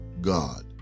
God